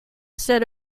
said